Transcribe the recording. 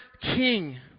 King